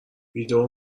ویدئو